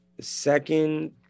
second